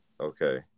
okay